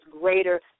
greater